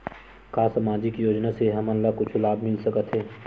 का सामाजिक योजना से हमन ला कुछु लाभ मिल सकत हे?